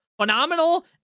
phenomenal